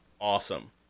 awesome